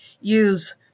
use